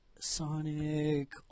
Sonic